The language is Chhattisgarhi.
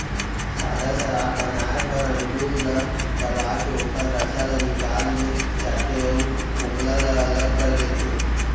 सादा सराब बनाए बर अंगुर ल दबाके ओखर रसा ल निकाल ले जाथे अउ फोकला ल अलग कर देथे